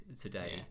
today